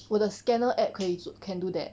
我的 scanner app 可以做 can do that